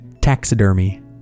taxidermy